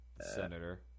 Senator